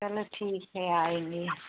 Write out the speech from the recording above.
चलो ठीक है आएँगे